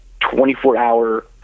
24-hour